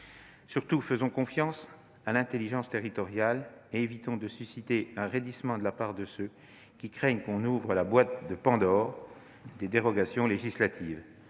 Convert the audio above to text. Surtout, faisons confiance à l'intelligence territoriale et évitons de susciter un raidissement de la part de ceux qui craignent qu'on ouvre la « boîte de Pandore » des dérogations législatives.